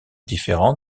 différents